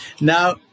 Now